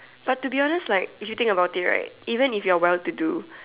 but to be honest like if you think about it right even if you are well to do